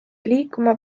liikuma